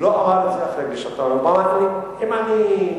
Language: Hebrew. לא אמר את זה אחרי פגישתו עם אובמה, אם אני,